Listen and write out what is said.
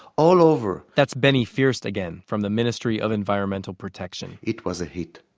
all over that's benny first again, from the ministry of environmental protection it was a hit.